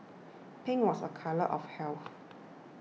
pink was a colour of health